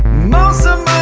most of